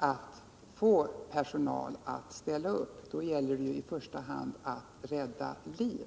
när det gäller att få personal att ställa upp. Då gäller det ju i första hand att rädda liv.